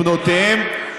בנותיהן,